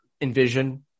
envision